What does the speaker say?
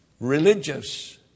Religious